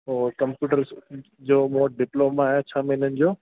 त कंप्यूटर जो मूं वटि डिप्लोमा आहे छह महीननि जो